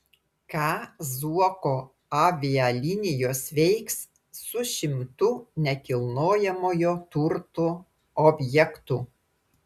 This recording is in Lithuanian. ką zuoko avialinijos veiks su šimtu nekilnojamojo turto objektų